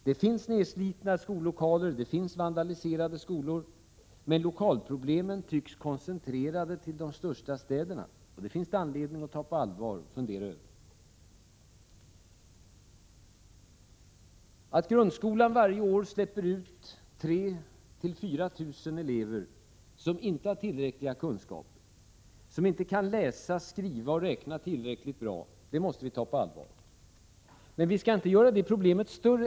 Det finns nedslitna skollokaler och vandaliserade skolor, men lokalproblemen tycks vara koncentrerade till de största städerna — något som det finns anledning att ta på allvar och fundera över. Att grundskolan varje år släpper ut 3 000-4 000 elever som inte har tillräckliga kunskaper, som inte kan läsa, skriva och räkna tillräckligt bra finns det anledning att ta på allvar. Men problemet skall inte göras större än det är.